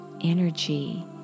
energy